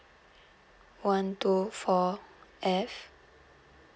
one two four F